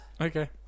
Okay